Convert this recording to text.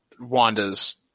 Wanda's